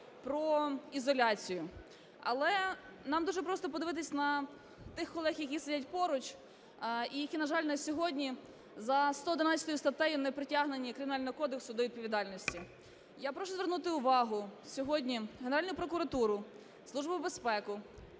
про ізоляцію. Але нам дуже просто подивитись на тих колег, які сидять поруч і які, на жаль, на сьогодні за 111 статтею не притягнені Кримінального кодексу до відповідальності. Я прошу звернути увагу сьогодні Генеральну прокуратуру, Службу безпеки,